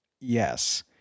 yes